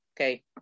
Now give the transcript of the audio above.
okay